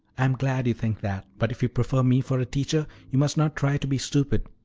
am glad you think that but if you prefer me for a teacher you must not try to be stupid,